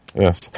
Yes